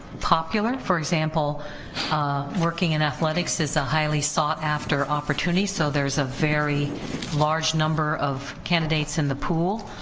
popular, for example ah working in athletics is a highly sought after opportunity, so there's a very large number of candidates in the pool,